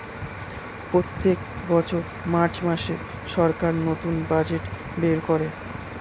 প্রত্যেক বছর মার্চ মাসে সরকার নতুন বাজেট বের করে